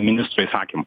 ministro įsakymu